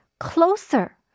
Closer